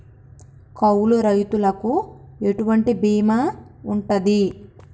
కౌలు రైతులకు ఎటువంటి బీమా ఉంటది?